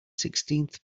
sixteenth